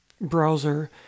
browser